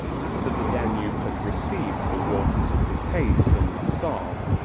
after the danube had received the waters of the teyss and the save,